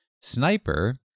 Sniper